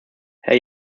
herr